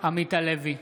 עמית הלוי,